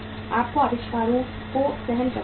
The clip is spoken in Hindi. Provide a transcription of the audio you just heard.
आपको आविष्कारों को सहन करना होगा